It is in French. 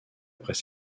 après